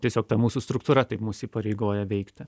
tiesiog ta mūsų struktūra taip mus įpareigoja veikti